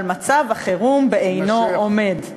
אבל מצב החירום בעינו עומד.